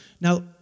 Now